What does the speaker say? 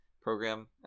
program